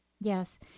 Yes